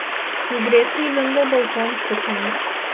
ji greitai įlindo balton suknion